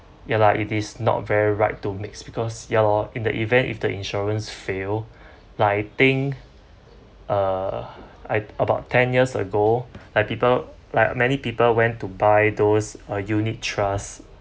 ya lah it is not very right to mix because ya loh in the event if the insurance fail like I think uh I about ten years ago like people like many people went to buy those a unit trust